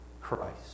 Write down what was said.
Christ